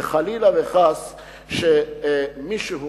וחלילה וחס שמישהו